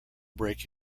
break